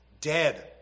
Dead